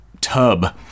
tub